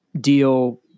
deal